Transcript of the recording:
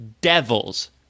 devils